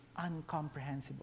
uncomprehensible